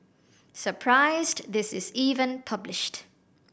surprised this is even published